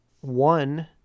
one